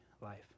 life